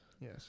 Yes